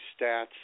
stats